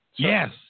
Yes